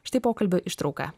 štai pokalbio ištrauka